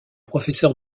professeur